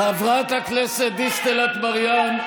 חברת הכנסת דיסטל אטבריאן,